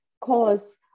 cause